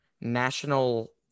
National